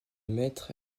maître